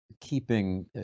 keeping